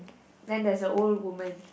then there's a old woman